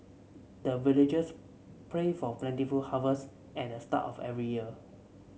the villagers pray for plentiful harvest at the start of every year